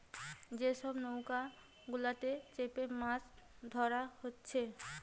যে সব নৌকা গুলাতে চেপে মাছ ধোরা হচ্ছে